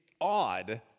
odd